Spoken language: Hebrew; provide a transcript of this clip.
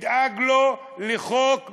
נדאג לו לחוק משלו.